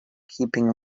keeping